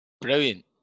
Brilliant